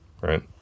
right